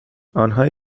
آنهایی